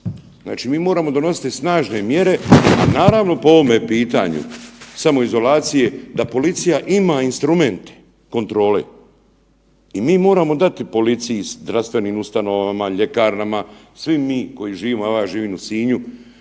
Znači mi moramo donositi snažne mjere i naravno po ovome pitanju samoizolaciji da policija ima instrumente kontrole i mi moramo dati policiji, zdravstvenim ustanovama, ljekarnama, svi mi koji živimo, a ja živim u Sinju,